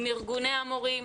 עם ארגוני המורים,